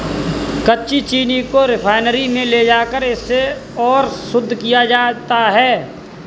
कच्ची चीनी को रिफाइनरी में ले जाकर इसे और शुद्ध किया जाता है